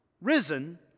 risen